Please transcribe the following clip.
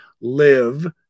live